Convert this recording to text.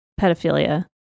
pedophilia